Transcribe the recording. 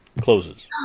closes